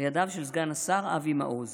לידיו של סגן השר אבי מעוז.